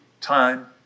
time